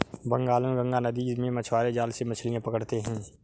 बंगाल में गंगा नदी में मछुआरे जाल से मछलियां पकड़ते हैं